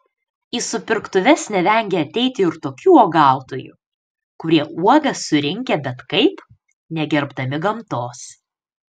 į supirktuves nevengia ateiti ir tokių uogautojų kurie uogas surinkę bet kaip negerbdami gamtos